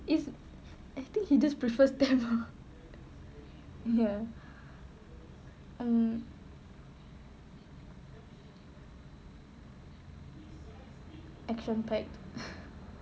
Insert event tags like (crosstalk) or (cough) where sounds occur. is I think he just prefers tamil (laughs) action packed (laughs)